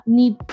need